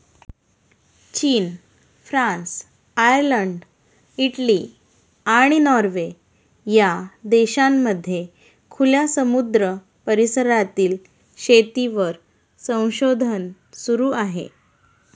चीन, France, Ireland, Italy, आणि Norway या देशांमध्ये खुल्या समुद्र परिसरातील शेतीवर संशोधन सुरू आहे